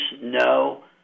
no